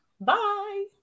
Bye